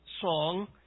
song